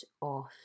off